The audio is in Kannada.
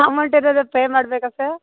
ಅಮೌಂಟ್ ಏನಾದರೂ ಪೇ ಮಾಡಬೇಕಾ ಸರ್